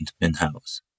in-house